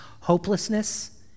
Hopelessness